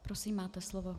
Prosím, máte slovo.